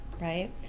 right